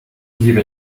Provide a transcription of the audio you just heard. liebe